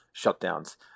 shutdowns